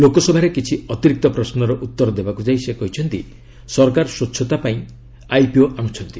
ଲୋକସଭାରେ କିଛି ଅତିରିକ୍ତ ପ୍ରଶ୍ୱର ଉତ୍ତର ଦେବାକୁ ଯାଇ ସେ କହିଛନ୍ତି ସରକାର ସ୍ପଚ୍ଛତା ପାଇଁ ଆଇପିଓ ଆଣୁଚ୍ଚନ୍ତି